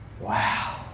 Wow